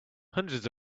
hundreds